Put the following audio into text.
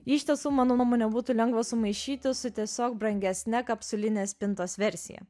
jį iš tiesų mano nuomone būtų lengva sumaišyti su tiesiog brangesne kapsulinės spintos versija